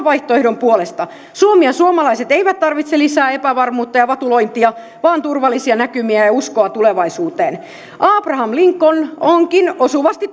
vaihtoehdon puolesta suomi ja suomalaiset eivät tarvitse lisää epävarmuutta ja vatulointia vaan turvallisia näkymiä ja uskoa tulevaisuuteen abraham lincoln onkin osuvasti